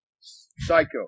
Psycho